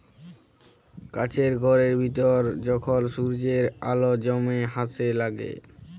কাছের ঘরের ভিতরে যখল সূর্যের আল জ্যমে ছাসে লাগে